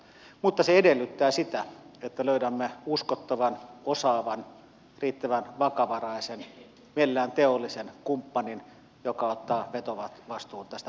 mutta se edellyttää sitä että löydämme uskottavan osaavan riittävän vakavaraisen mielellään teollisen kumppanin joka ottaa vetovastuun tästä harjoituksesta tästä eteenpäin